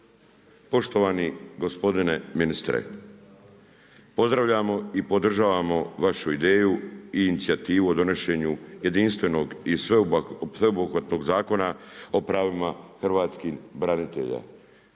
Poštovani gospodine ministre, pozdravljamo i podržavamo vašu ideju i inicijativu o donošenju jedinstvenog i sveobuhvatnog zakona o pravima hrvatskih branitelja.